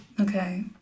Okay